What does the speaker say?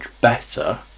better